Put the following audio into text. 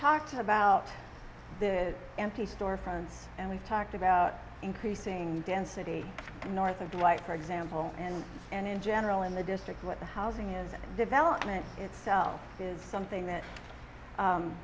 talked about the empty store fronts and we talked about increasing density north of like for example and and in general in the district that the housing and development itself is something that